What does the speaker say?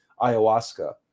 ayahuasca